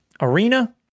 arena